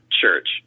church